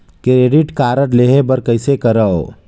Credit card लेहे बर कइसे करव?